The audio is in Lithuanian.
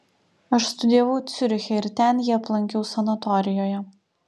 aš studijavau ciuriche ir ten jį aplankiau sanatorijoje